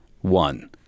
One